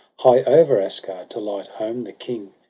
high over asgard, to light home the king.